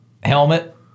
helmet